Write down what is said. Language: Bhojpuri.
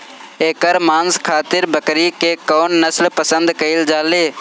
एकर मांस खातिर बकरी के कौन नस्ल पसंद कईल जाले?